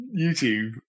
YouTube